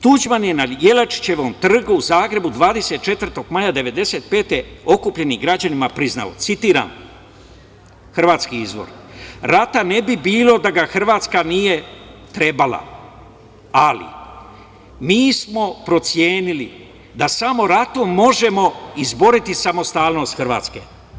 Tuđman je na Jelačićevom trgu u Zagrebu 24. maja 1995. godine okupljenim građanima priznao, citiram hrvatski izvor – rata ne bi bilo da ga Hrvatska nije trebala, ali mi smo procenili da samo ratom možemo izboriti samostalnost Hrvatske.